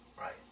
Right